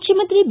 ಮುಖ್ಯಮಂತ್ರಿ ಬಿ